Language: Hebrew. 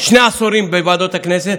של שני עשורים בוועדות הכנסת,